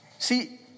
See